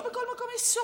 לא בכל מקום יש סורק.